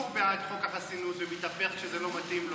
לפיד כתב טור בעד חוק החסינות ומתהפך כשזה לא מתאים לו?